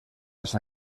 las